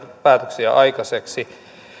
päätöksiä aikaiseksi